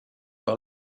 par